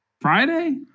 Friday